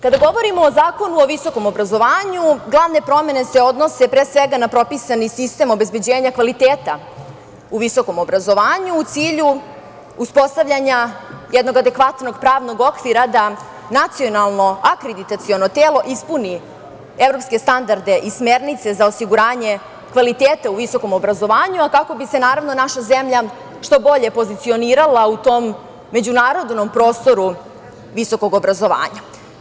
Kada govorimo o Zakonu o visokom obrazovanju, glavne promene se odnose pre svega na propisani sistem obezbeđenja kvaliteta u visokom obrazovanju u cilju uspostavljanja jednog adekvatnog pravnog okvira da nacionalno akreditaciono telo ispuni evropske standarde i smernice za osiguranje kvaliteta u visokom obrazovanju, kako bi se naravno naša zemlja što bolje pozicionirala u tom međunarodnom prostoru visokog obrazovanja.